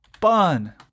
bun